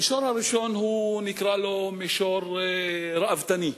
המישור הראשון, נקרא לו מישור ראוותני.